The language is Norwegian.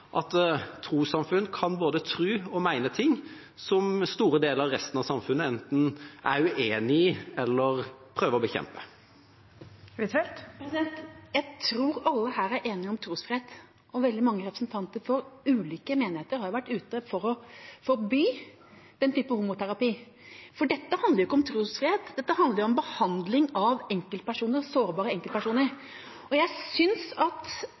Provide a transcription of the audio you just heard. ting som store deler av resten av samfunnet enten er uenig i eller prøver å bekjempe. Anniken Huitfeldt – til oppfølgingsspørsmål. Jeg tror alle her er enige om trosfrihet, og veldig mange representanter for ulike menigheter har gått ut for å forby den typen homoterapi. Dette handler ikke om trosfrihet. Dette handler om behandling av sårbare enkeltpersoner. Jeg synes